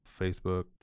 Facebook